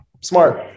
Smart